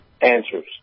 answers